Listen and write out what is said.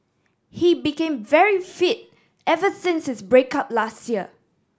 he became very fit ever since his break up last year